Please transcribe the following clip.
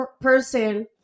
person